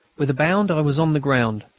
with a bound i was on the ground,